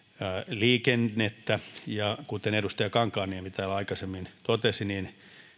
liikennettä ja kuten edustaja kankaanniemi täällä aikaisemmin totesi